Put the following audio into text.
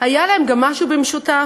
היה להם גם משהו במשותף: